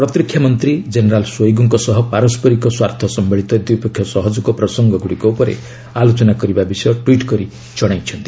ପ୍ରତିରକ୍ଷା ମନ୍ତ୍ରୀ general Shoigu ଙ୍କ ସହ ପାରସରିକ ସ୍ୱାର୍ଥ ସମ୍ଭଳିତ ଦ୍ୱିପକ୍ଷୀୟ ସହଯୋଗ ପ୍ରସଙ୍ଗଗୁଡ଼ିକ ଉପରେ ଆଲୋଚନା କରିବା ବିଷୟ ଟ୍ୱିଟ୍ କରି ଜଣାଇଛନ୍ତି